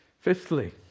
Fifthly